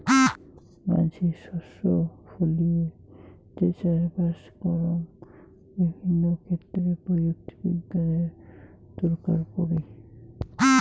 মানসি শস্য ফলিয়ে যে চাষবাস করং বিভিন্ন ক্ষেত্রে প্রযুক্তি বিজ্ঞানের দরকার পড়ি